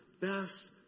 best